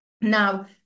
Now